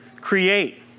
create